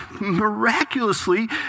miraculously